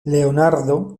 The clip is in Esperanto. leonardo